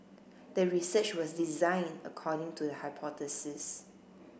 the research was designed according to the hypothesis